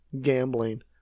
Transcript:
gambling